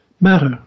matter